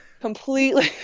completely